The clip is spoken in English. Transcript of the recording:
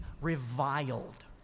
reviled